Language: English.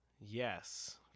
Yes